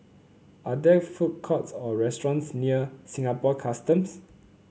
are there food courts or restaurants near Singapore Customs